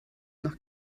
noch